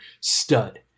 stud